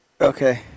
Okay